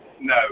no